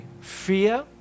fear